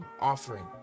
offering